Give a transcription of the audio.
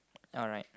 alright